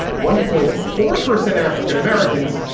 one point four percent african-americans,